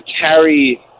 carry